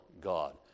God